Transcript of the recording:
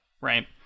right